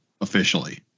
officially